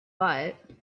but